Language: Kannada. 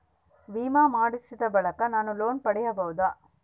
ವಿಮೆ ಮಾಡಿಸಿದ ಬಳಿಕ ನಾನು ಲೋನ್ ಪಡೆಯಬಹುದಾ?